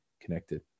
connected